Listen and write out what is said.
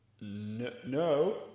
No